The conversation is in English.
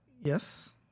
Yes